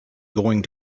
going